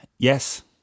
Yes